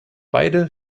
beide